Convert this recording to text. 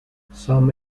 some